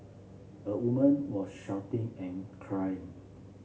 a woman was shouting and crying